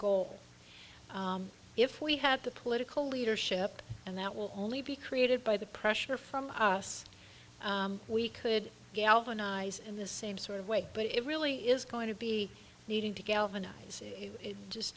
goal if we had the political leadership and that will only be created by the pressure from us we could galvanize in the same sort of way but it really is going to be needing to galvanize just